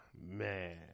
man